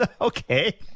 okay